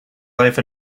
life